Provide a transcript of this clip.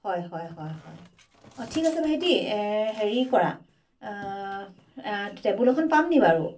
হয় হয় হয় হয় ঠিক আছে ভাইটি হেৰি কৰা টেবুল এখন পাম নি বাৰু